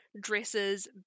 dresses